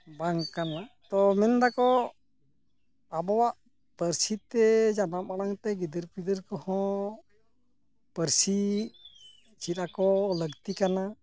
ᱵᱟᱝ ᱠᱟᱱᱟ ᱛᱚ ᱢᱮᱱ ᱫᱟᱠᱚ ᱟᱵᱚᱣᱟᱜ ᱯᱟᱹᱨᱥᱤ ᱛᱮ ᱡᱟᱱᱟᱢ ᱟᱲᱟᱝ ᱛᱮ ᱜᱤᱫᱟᱹᱨ ᱯᱤᱫᱟᱹᱨ ᱠᱚᱦᱚᱸ ᱯᱟᱹᱨᱥᱤ ᱪᱮᱫ ᱟᱠᱚ ᱞᱟᱹᱠᱛᱤ ᱠᱟᱱᱟ